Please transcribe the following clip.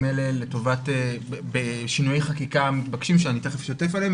אלה לטובת בשינויי חקיקה מתבקשים שאני תכף אשתף עליהם,